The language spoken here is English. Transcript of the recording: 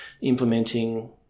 implementing